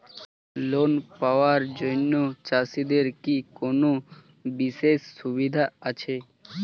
Loan পাওয়ার জন্য চাষিদের কি কোনো বিশেষ সুবিধা আছে?